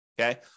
Okay